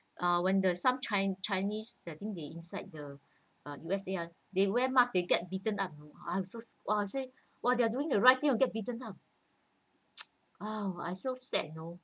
uh when the some chinese they're think they inside the uh U_S_A ah they wear mask they get beaten up you know I also !wah! I say they're doing the right thing you get beaten up oh I so sad you know